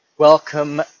Welcome